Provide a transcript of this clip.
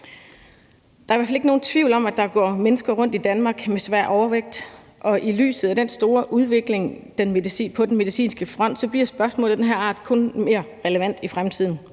Der er i hvert fald ikke nogen tvivl om, at der går mennesker rundt i Danmark med svær overvægt, og i lyset af den store udvikling på den medicinske front bliver spørgsmål af den her art kun mere relevante i fremtiden.